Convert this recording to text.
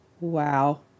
Wow